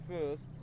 first